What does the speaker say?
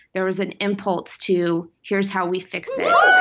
there was an impulse to here's how we fix it.